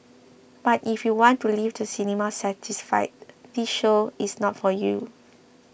but if you want to leave the cinema satisfied this show is not for you